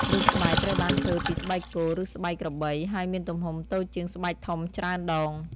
រូបស្បែកត្រូវបានធ្វើពីស្បែកគោ ឬស្បែកក្របី ហើយមានទំហំតូចជាងស្បែកធំច្រើនដង។